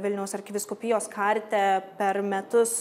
vilniaus arkivyskupijos karite per metus